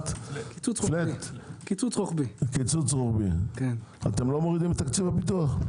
פלאט, אתם לא מורידים את תקציב הפיטוח?